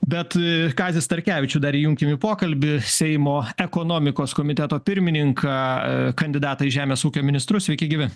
bet kazį starkevičių dar įjunkim į pokalbį seimo ekonomikos komiteto pirmininką kandidatą į žemės ūkio ministrus sveiki gyvi